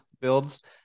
builds